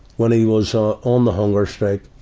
when he was, ah, on the hunger strike,